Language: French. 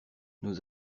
nous